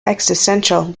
existential